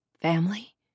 family